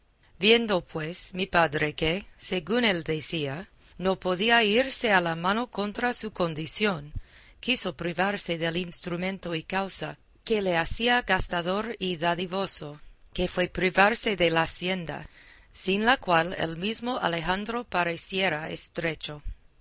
viendo pues mi padre que según él decía no podía irse a la mano contra su condición quiso privarse del instrumento y causa que le hacía gastador y dadivoso que fue privarse de la hacienda sin la cual el mismo alejandro pareciera estrecho